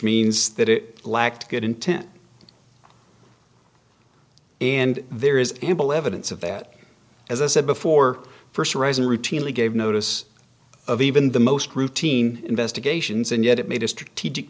means that it lacked good intent and there is ample evidence of that as i said before first arising routinely gave notice of even the most routine investigations and yet made a strategic